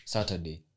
Saturday